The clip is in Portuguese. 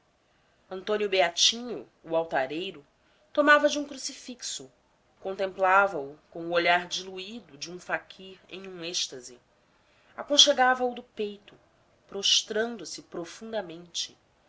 antônio beatinho o altareiro tomava de um crucifixo contemplava o com o olhar diluído de um faquir em êxtase aconchegava o do peito prostrando se profundamente